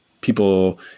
people